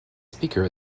speaker